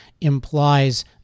implies